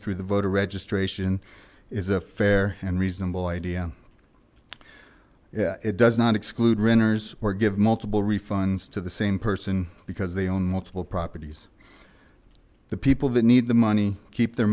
through the voter registration is a fair and reasonable idea yeah it does not exclude winners or give multiple refunds to the same person because they own local properties the people that need the money keep their